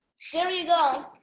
there you go.